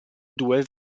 due